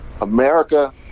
america